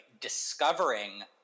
discovering